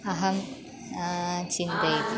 अहं चिन्तयति